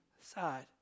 side